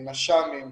נש"מים,